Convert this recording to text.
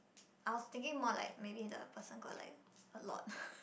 I was thinking more like maybe the person got like a lot